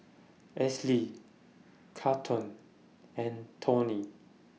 Esley Charlton and Tony